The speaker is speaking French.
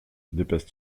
dépasse